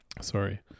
Sorry